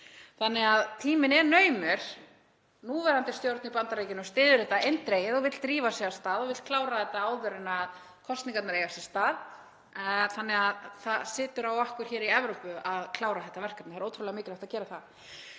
Þannig að tíminn er naumur. Núverandi stjórn í Bandaríkjunum styður þetta eindregið og vill drífa sig af stað og klára þetta áður en kosningarnar eiga sér stað þannig að það er á okkur í Evrópu að klára þetta verkefni og er ótrúlega mikilvægt að gera það.